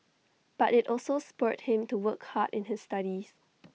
but IT also spurred him to work hard in his studies